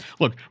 look